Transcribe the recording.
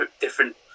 different